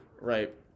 right